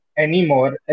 anymore